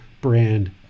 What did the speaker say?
brand